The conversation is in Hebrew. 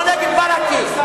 לא נגד ברכה.